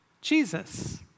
Jesus